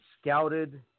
scouted